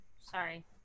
sorry